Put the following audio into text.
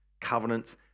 covenants